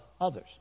others